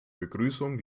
begrüßung